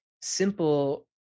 simple